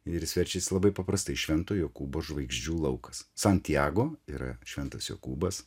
ir jis verčiasi labai paprastai švento jokūbo žvaigždžių laukas santjago yra šventas jokūbas